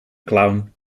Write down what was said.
clown